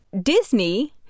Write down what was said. Disney